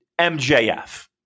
MJF